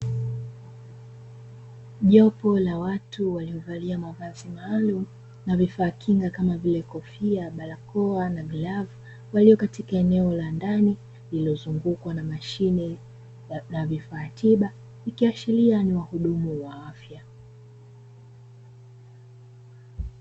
Jopo la watu waliovalia mavazi maalumu na vifaa tiba kama vile kofia, barakoa na glovu walioko katika eneo la ndani lililozungukwa na mashine na vifaa tiba, ikiashiria ni waudumu wa afya.